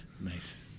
Nice